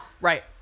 right